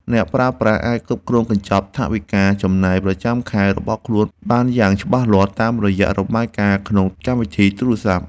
អ្នកប្រើប្រាស់អាចគ្រប់គ្រងកញ្ចប់ថវិកាចំណាយប្រចាំខែរបស់ខ្លួនបានយ៉ាងច្បាស់លាស់តាមរយៈរបាយការណ៍ក្នុងកម្មវិធីទូរស័ព្ទ។